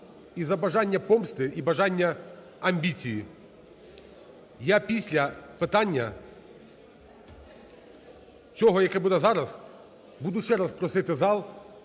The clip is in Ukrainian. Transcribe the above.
і за бажання помсти, і за бажання амбіцій. Я після питання цього, яке буде зараз, буду ще раз просити зал,